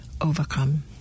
overcome